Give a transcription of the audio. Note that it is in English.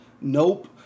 Nope